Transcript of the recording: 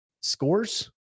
scores